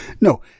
No